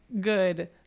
good